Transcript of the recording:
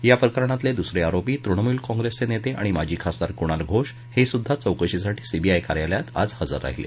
या प्रकरणातले दुसरे आरोपी तृणमूल काँग्रेसचे नेते आणि माजी खासदार कुणाल घोष हेसुद्धा चौकशीसाठी सीबीआय कार्यालयात आज हजर राहिले